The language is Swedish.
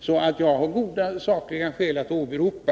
Jag har alltså goda sakliga skäl att åberopa.